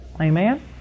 Amen